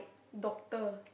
doctor